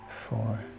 four